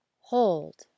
Hold